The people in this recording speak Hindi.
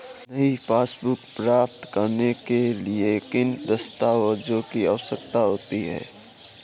नई पासबुक प्राप्त करने के लिए किन दस्तावेज़ों की आवश्यकता होती है?